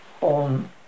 on